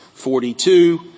42